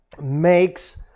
makes